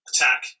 attack